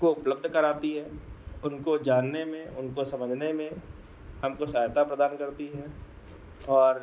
को उपलब्ध कराती है उनको जानने में उनको समझने में हमको सहायता प्रदान करती है और